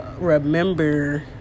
remember